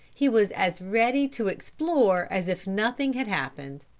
he was as ready to explore as if nothing had happened.